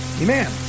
Amen